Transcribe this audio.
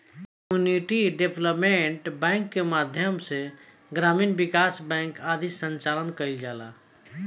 community development bank के माध्यम से ग्रामीण विकास बैंक आदि के संचालन कईल जाला